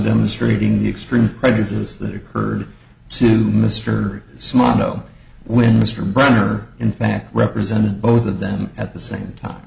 demonstrating the extreme prejudice that occurred to mr small know when mr brymer in fact represented both of them at the same time